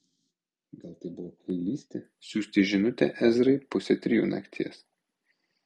gal tai buvo kvailystė siųsti žinutę ezrai pusę trijų nakties